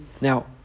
Now